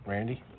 Randy